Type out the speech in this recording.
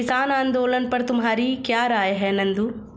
किसान आंदोलन पर तुम्हारी क्या राय है नंदू?